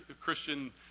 Christian